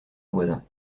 voisin